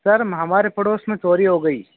sir म हमारे पड़ोस में चोरी हो गई